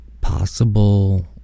possible